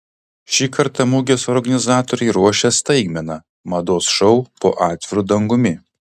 šį kartą mugės organizatoriai ruošia staigmeną mados šou po atviru dangumi